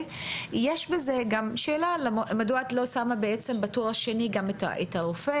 יש בזה גם שאלה מדוע את לא שמה בטור השני גם את הרופא,